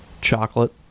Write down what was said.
Chocolate